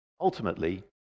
Ultimately